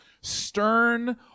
stern